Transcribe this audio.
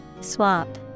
Swap